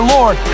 Lord